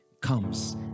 comes